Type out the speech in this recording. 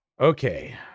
Okay